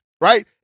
right